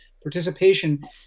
participation